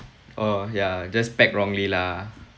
oh ya just packed wrongly lah